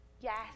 Yes